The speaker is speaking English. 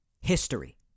history